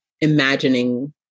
imagining